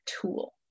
tool